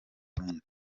burundi